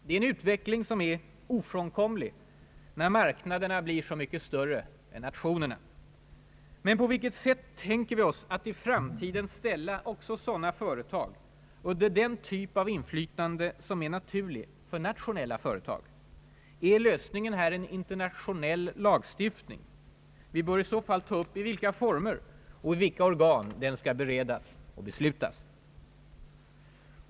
Det är en utveckling som är ofrånkomlig när marknaderna blir så mycket större än nationerna. Men på vilket sätt tänker vi oss att i framtiden ställa också sådana företag under den typ av inflytande som är naturlig för nationella företag? Är lösningen här en internationell lagstiftning? Vi bör i så fall ta upp i vilka former och i vilka organ den skall beredas och beslutas.